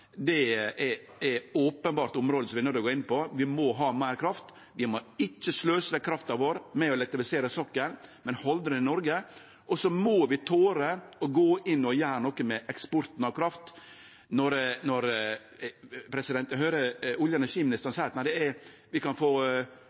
det er openbert område som vi er nøydde til å gå inn på. Vi må ha meir kraft, vi må ikkje sløse vekk krafta vår med å elektrifisere sokkelen, men halde den i Noreg. Så må vi tore å gå inn og gjere noko med eksporten av kraft. Eg høyrer olje- og energiministeren seie at vi kan få reaksjonar tilbake frå Europa viss vi